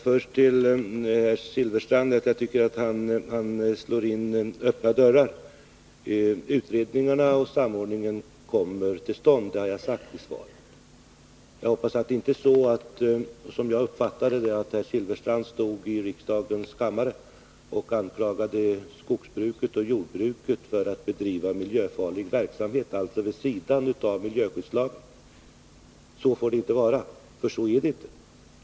Herr talman! Jag tycker att Bengt Silfverstrand slår in öppna dörrar. Utredningarna och samordningen kommer till stånd — det har jag sagt i svaret. Jag hoppas att det inte är så, som man kunde uppfatta det, att Bengt Silfverstrand står i riksdagens kammare och anklagar skogsbruket och jordbruket för att bedriva miljöfarlig verksamhet och att man alltså går vid sidan av miljöskyddslagen. Så får det inte vara, och så är det inte.